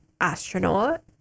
astronaut